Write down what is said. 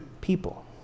people